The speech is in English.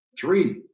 three